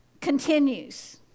continues